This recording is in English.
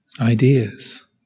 ideas